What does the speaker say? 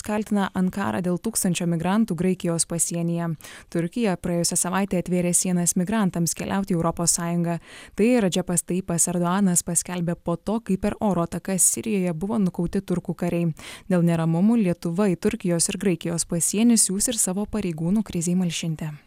kaltina ankarą dėl tūkstančio migrantų graikijos pasienyje turkija praėjusią savaitę atvėrė sienas migrantams keliauti į europos sąjungą tai radžepas taipas erdoganas paskelbė po to kai per oro atakas sirijoje buvo nukauti turkų kariai dėl neramumų lietuva į turkijos ir graikijos pasienyje siųs savo pareigūnų krizei malšinti